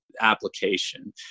application